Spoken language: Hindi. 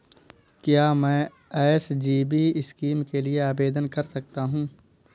क्या मैं एस.जी.बी स्कीम के लिए आवेदन कर सकता हूँ?